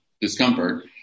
discomfort